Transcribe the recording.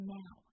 now